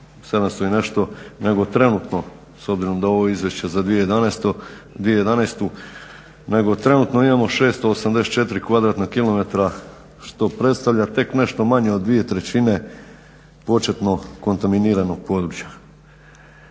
700 i nešto nego trenutno s obzirom da je ovo izvješće za 2011. nego trenutno ima 684 kvadratna kilometra što predstavlja tek nešto manje od dvije trećine početno kontaminiranog područja.